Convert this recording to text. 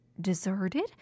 deserted